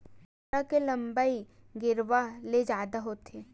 कांसरा के लंबई गेरवा ले जादा होथे